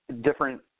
different